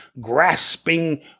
grasping